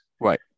Right